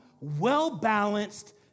well-balanced